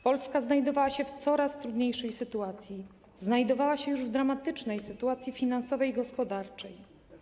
Polska znajdowała się w coraz trudniejszej sytuacji, już w dramatycznej sytuacji finansowej i gospodarczej.